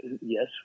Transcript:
Yes